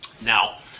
now